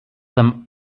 them